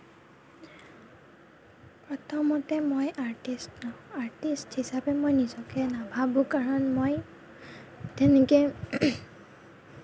প্ৰথমতে মই artist artist হিচাপে মই নিজকে নাভাৱো কাৰণ মই তেনেকে